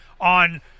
on